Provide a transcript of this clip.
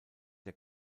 der